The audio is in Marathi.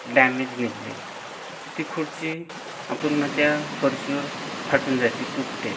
डॅमेज निघाली ती खुर्ची आपण ना त्या फरशीवर फाटून जाते तुटते